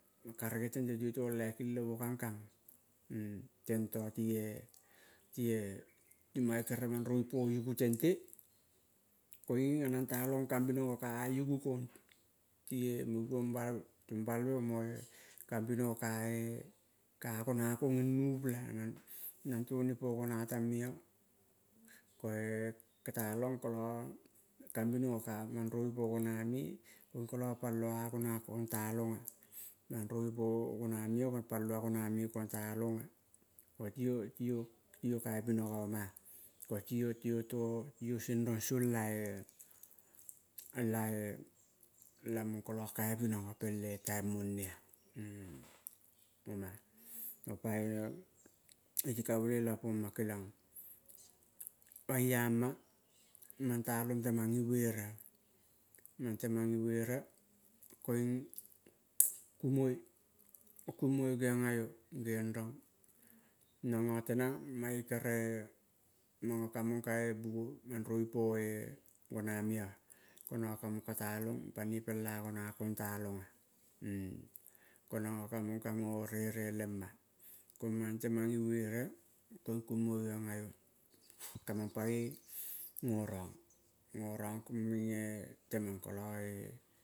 Karege tente ti iyo to laikil lemo kangkang tento ti-e ti-e mange kere manrovi po yugu tente, koing ka nang ta long kambinogo, ka ah yugu kong ti-e mo givong balvemo mo-e kambinogo ka-e, ka gona gong ing newpela. Nang toni po gona tang meo, ko-e ka talong kolo kambinogo ka manrovi po gona me koinging ka palo ah gona kong talong manrovi po gona me-o palo ah gona me kong talong ah tio, tio, kaibinogo oma ah. Koti iyo sengrong song l-e la-e lamong kolo kaibinogopel en taim mone ah. Ko pae te ka bolela moma, keliong pa iama mang talong temang ibuere, mang temang ibuere, koing, kumoi, kumoi geong a iyo, geong rong nango tenang mange kere mango ka mong ka-e manrovi po-e gona me-o ah. Ko nango kolo katamong panoi pel ah gona kong talong ah. Konang go kamong ka gorere lema, ah koing mang temang ibuere koing kumoi geong a iyo, ka mang pagoi gorong kulong el temah